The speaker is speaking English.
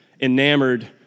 enamored